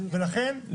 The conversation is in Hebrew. ולכן,